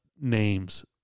names